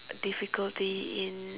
difficulty in